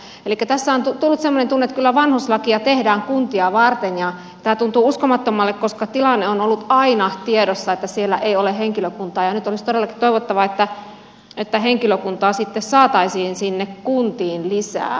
elikkä tässä on tullut semmoinen tunne että kyllä vanhuslakia tehdään kuntia varten ja tämä tuntuu uskomattomalle koska tilanne on ollut aina tiedossa että siellä ei ole henkilökuntaa ja nyt olisi todellakin toivottavaa että henkilökuntaa sitten saataisiin sinne kuntiin lisää